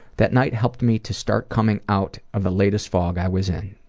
that night helped me to start coming out of the latest fog i was in.